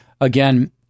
Again